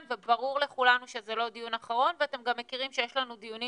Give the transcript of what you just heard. וברור לכולנו שזה לא דיון אחרון ואתם גם מכירים שיש לנו דיונים